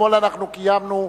אתמול אנחנו קיימנו,